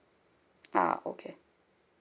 ah okay